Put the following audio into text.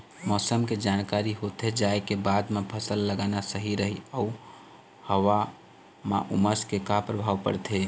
मौसम के जानकारी होथे जाए के बाद मा फसल लगाना सही रही अऊ हवा मा उमस के का परभाव पड़थे?